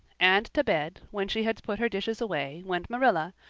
and to bed, when she had put her dishes away, went marilla,